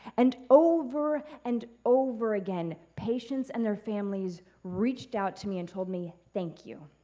and over and over again patients and their families reached out to me and told me thank you,